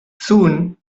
soon